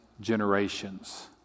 generations